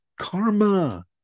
karma